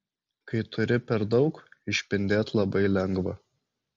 kai turi per daug išpindėt labai lengva